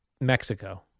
Mexico